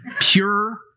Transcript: Pure